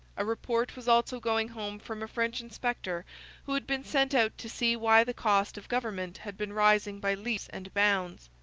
a report was also going home from a french inspector who had been sent out to see why the cost of government had been rising by leaps and bounds.